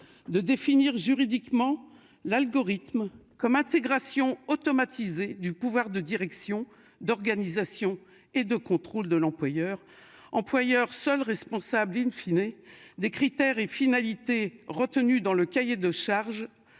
De définir juridiquement l'algorithme comme intégration automatisée du pouvoir de direction d'organisation et de contrôle de l'employeur employeurs seul responsable in fine et des critères et finalité retenu dans le cahier de charges.